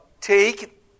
take